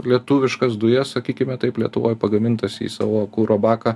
lietuviškas dujas sakykime taip lietuvoj pagamintas į savo kuro baką